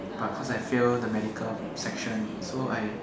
but cause I fail the medical section so I